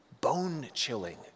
bone-chilling